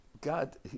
God